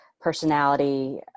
personality